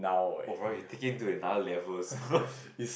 woah bro you take in to another level sia